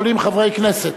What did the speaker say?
יכולים חברי כנסת,